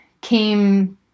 came